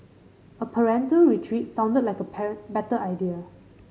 a parental retreat sounded like a better idea